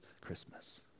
Christmas